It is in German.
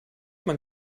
man